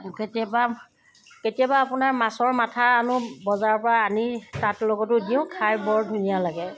কেতিয়াবা কেতিয়াবা আপোনাৰ মাছৰ মাথা আনোঁ বজাৰৰ পৰা আনি তাত লগতো দিওঁ খাই বৰ ধুনীয়া লাগে